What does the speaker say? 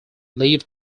leave